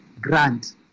grant